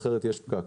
אחרת יש פקק.